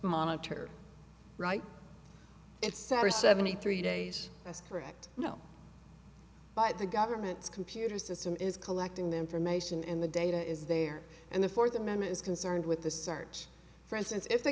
monitor right it's sarah seventy three days as correct no but the government's computer system is collecting the information in the data is there and the fourth amendment is concerned with the search for instance if the